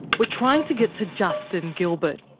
we're trying to get to justin gilbert.